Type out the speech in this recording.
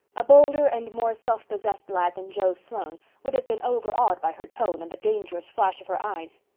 a bolder and more self-possessed lad than joe sloane would have been overawed by her tone and the dangerous flash of her eyes.